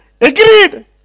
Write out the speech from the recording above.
Agreed